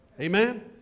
Amen